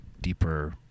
deeper